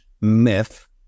myth